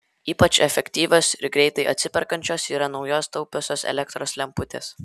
ypač efektyvios ir greitai atsiperkančios yra naujos taupiosios elektros lemputės